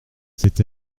c’est